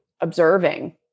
observing